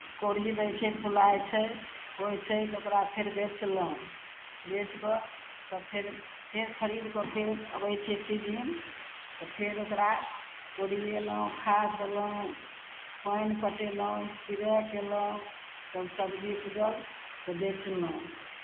कोढ़ी दै छै फुलाइ छै होइ छै तऽ ओकरा फेर बेचलहुँ बेचि कऽ तब फेर फेर खरीद कऽ फेर अबै छै सीजिन तऽ फेर ओकरा कोरिएलहुँ खाद देलहुँ पानि पटेलहुँ इसपरे कयलहुँ तब सबजी उपजल तऽ बेचलहुँ